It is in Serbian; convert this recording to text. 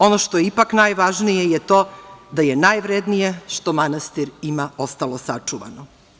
Ono što je ipak najvažnije je to da je najvrednije što manastir ima ostalo sačuvano.